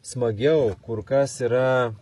smagiau kur kas yra